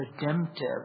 redemptive